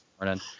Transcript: morning